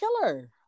killer